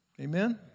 Amen